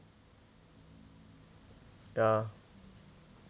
ya